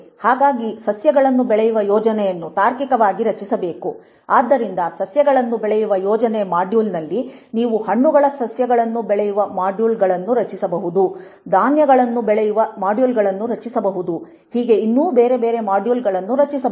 ಹಾಗಾಗಿ ಸಸ್ಯಗಳನ್ನು ಬೆಳೆಯುವ ಯೋಜನೆಯನ್ನು ತಾರ್ಕಿಕವಾಗಿ ರಚಿಸಬೇಕು ಆದ್ದರಿಂದ ಸಸ್ಯಗಳನ್ನು ಬೆಳೆಸುವ ಯೋಜನೆ ಮಾಡ್ಯೂಲ್ನಲ್ಲಿ ನೀವು ಹಣ್ಣುಗಳ ಸಸ್ಯಗಳನ್ನು ಬೆಳೆಯುವ ಮಾಡ್ಯೂಲ್ಗಳನ್ನು ರಚಿಸಬಹುದು ಧಾನ್ಯಗಳನ್ನು ಬೆಳೆಯುವ ಮಾಡ್ಯೂಲ್ಗಳನ್ನು ರಚಿಸಬಹುದು ಹೀಗೆ ಇನ್ನೂ ಬೇರೆ ಬೇರೆ ಮಾಡ್ಯೂಲ್ಗಳನ್ನು ರಚಿಸಬಹುದು